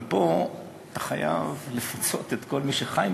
אבל פה אתה חייב לפצות את כל מי שחי מזה.